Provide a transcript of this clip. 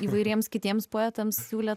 įvairiems kitiems poetams siūlė